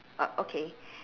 oh okay